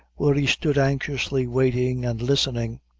where he stood anxiously waiting and listening,